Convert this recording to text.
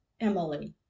Emily